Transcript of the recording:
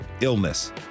Illness